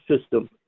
system